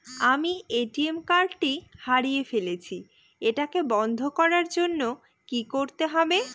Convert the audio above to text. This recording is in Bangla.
আমি এ.টি.এম কার্ড টি হারিয়ে ফেলেছি এটাকে বন্ধ করার জন্য কি করতে হবে?